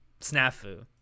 Snafu